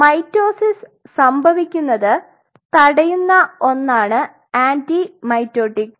mitosis സംഭവിക്കുന്നത് തടയുന്ന ഒന്നാണ് ആന്റി മൈറ്റോട്ടിക്